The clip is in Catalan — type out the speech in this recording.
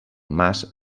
mas